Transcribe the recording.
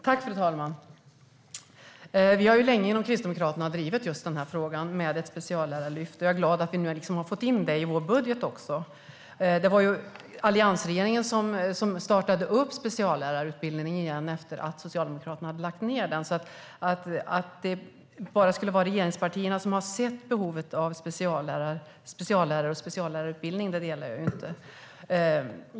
Fru talman! Vi har länge inom Kristdemokraterna drivit frågan om ett speciallärarlyft, och jag är glad att vi har fått in det i vår budget också. Det var alliansregeringen som startade speciallärarutbildningen igen efter att Socialdemokraterna hade lagt ned den. Synen att det bara skulle vara regeringspartierna som har sett behovet av speciallärare och speciallärarutbildning delar jag inte.